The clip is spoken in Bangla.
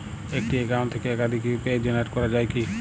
একটি অ্যাকাউন্ট থেকে একাধিক ইউ.পি.আই জেনারেট করা যায় কি?